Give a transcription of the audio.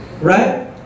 Right